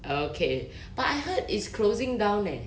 okay but I heard it's closing down leh